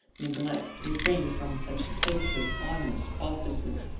neglect, refrain from such places, honours, offices,